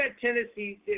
Tennessee